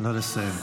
נא לסיים.